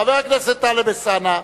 חבר הכנסת טלב אלסאנע,